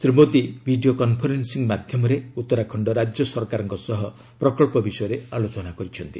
Shri Modi video conferencing ମାଧ୍ୟମରେ ଉତ୍ତରାଖଣ୍ଡ ରାଜ୍ୟ ସରକାରଙ୍କ ସହ ପ୍ରକଳ୍ପ ବିଷୟରେ ଆଲୋଚନା କରିଛନ୍ତି